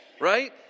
right